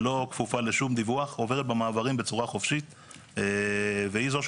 בעוד שלצערנו לא קיבלנו שום סיוע לשום דבר.